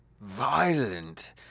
violent